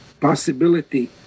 possibility